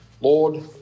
Lord